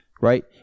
right